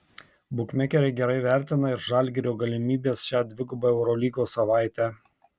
bukmekeriai gerai vertina ir žalgirio galimybes šią dvigubą eurolygos savaitę